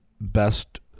best